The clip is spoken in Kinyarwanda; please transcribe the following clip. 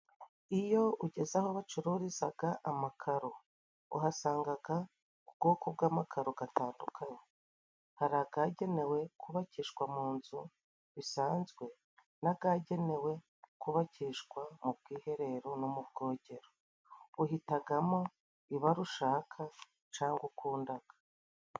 Iyo ugeze aho bacururizaga amakaro uhasangaga ubwoko bw'amakaro gatandukanye, hari akagenewe kubakishwa mu nzu bisanzwe , n'agagenewe kubakishwa mu bwiherero no mu bwogero. Uhitagamo ibara ushaka cangwa ukundaga.